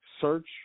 search